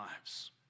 lives